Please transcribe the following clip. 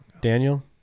daniel